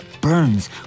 Burns